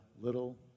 little